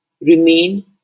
remain